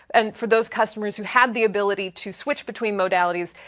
and for those customers who have the ability to switch between modalities,